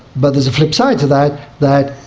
but there is a flip side to that, that